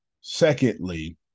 Secondly